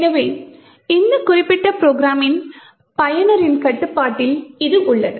எனவே இந்த குறிப்பிட்ட ப்ரோக்ராமின் பயனரின் கட்டுப்பாட்டில் இது உள்ளது